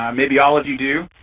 um maybe all of you do,